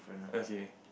okay